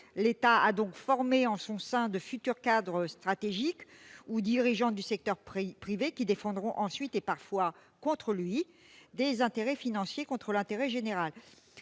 l'État a donc formé en son sein de futurs cadres stratégiques ou dirigeants du secteur privé qui défendront ensuite, et parfois contre lui, des intérêts financiers contre l'intérêt général.